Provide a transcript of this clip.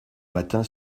matin